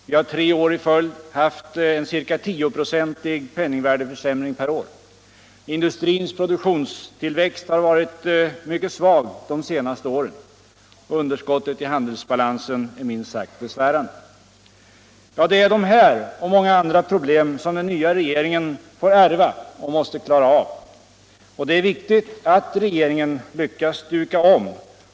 Vi har tre år i följd haft en ca tioprocentig penningvärdeförsämring per år. Industrins produktionstillväxt har varit mycket svag de senaste åren. Underskottet i handelsbalansen är minst sagt besvärande. Ja, det är de här och många andra problem som den nya regeringen får ärva och måste klara av. Och det är viktigt att regeringen Ilyckas duka om.